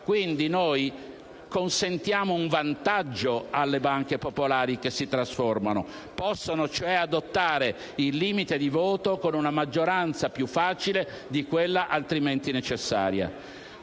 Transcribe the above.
Quindi, noi consentiamo un vantaggio alle banche popolari che si trasformano: possono, cioè, adottare il limite di voto con una maggioranza più facile di quella altrimenti necessaria.